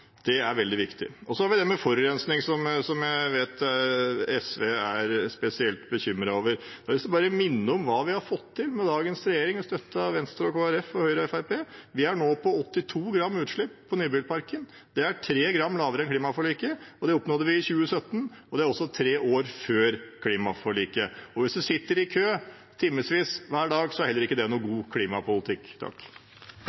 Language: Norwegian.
Det er veldig viktig. Så har vi det med forurensning, som jeg vet at SV er spesielt bekymret over: Jeg har lyst til bare å minne om hva vi har fått til med dagens regjering, støttet av Venstre, Kristelig Folkeparti, Høyre og Fremskrittspartiet. Vi er nå på 82 gram utslipp for nybilparken. Det er 3 gram lavere enn klimaforliket. Det oppnådde vi i 2017, og det er tre år før klimaforliket. Og hvis en sitter i kø i timevis hver dag, er heller ikke det